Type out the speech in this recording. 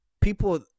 people